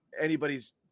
anybody's